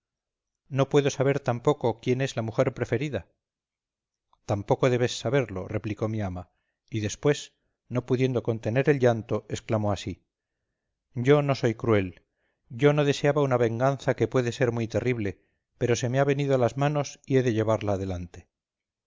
no puedo saber tampoco quién es la mujer preferida tampoco debes saberlo replicó mi ama y después no pudiendo contener el llanto exclamó así yo no soy cruel yo no deseaba una venganza que puede ser muy terrible pero se me ha venido a las manos y he de llevarla adelante